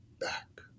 Back